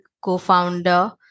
co-founder